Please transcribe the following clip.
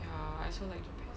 ya I also like japan